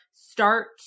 Start